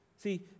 See